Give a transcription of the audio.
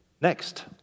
Next